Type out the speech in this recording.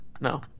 No